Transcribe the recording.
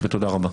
תודה רבה.